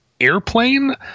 airplane